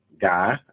guy